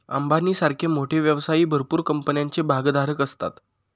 अंबानी सारखे मोठे व्यवसायी भरपूर कंपन्यांचे भागधारक असतात